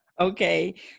Okay